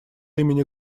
имени